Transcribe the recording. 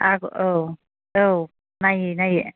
आगर औ औ नायै नायै